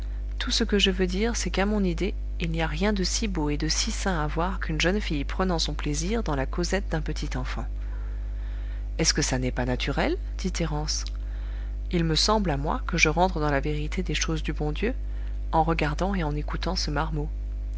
tout ce que je veux dire c'est qu'à mon idée il n'y a rien de si beau et de si sain à voir qu'une jeune fille prenant son plaisir dans la causette d'un petit enfant est-ce que ça n'est pas naturel dit thérence il me semble à moi que je rentre dans la vérité des choses du bon dieu en regardant et en écoutant ce marmot